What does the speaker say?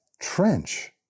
Trench